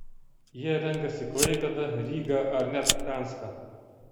jie renkasi klaipėdą rygą ar net gdanską